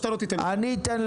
אדוני היושב ראש,